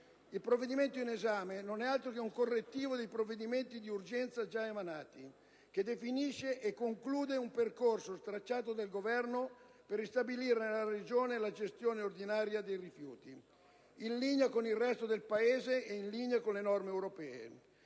Il provvedimento in esame non è altro che un correttivo dei provvedimenti di urgenza già emanati, che definisce e conclude un percorso tracciato dal Governo per ristabilire nella Regione la gestione ordinaria dei rifiuti, in linea con il resto del Paese e in linea con le norme europee.